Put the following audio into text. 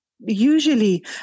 usually